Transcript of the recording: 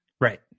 Right